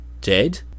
Dead